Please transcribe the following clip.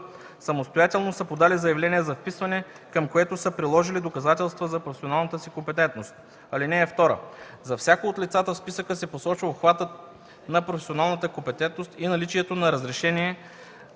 самостоятелно са подали заявление за вписване, към което са приложили доказателства за професионалната си компетентност. (2) За всяко от лицата в списъка се посочва обхватът на професионалната компетентност и наличието на разрешение